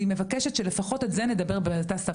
אני מבקשת שלפחות את זה נדבר באותה שפה.